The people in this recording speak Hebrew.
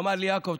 ואמר לי: יעקב,